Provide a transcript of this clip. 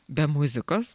be muzikos